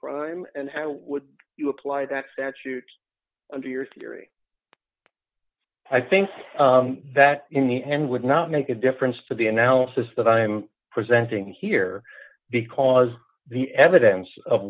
crime and how would you apply that statute under your theory i think that in the hand would not make a difference to the analysis that i'm presenting here because the evidence of